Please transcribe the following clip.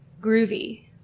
groovy